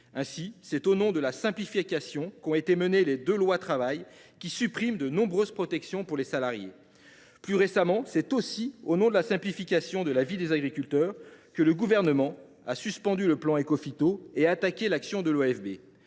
Ainsi, c’est au nom de la simplification qu’ont été votées les deux lois Travail qui ont conduit à supprimer de nombreuses protections pour les salariés. Plus récemment, c’est aussi au nom de la simplification de la vie des agriculteurs que le Gouvernement a suspendu le plan Écophyto et attaqué l’action de l’Office